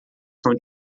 são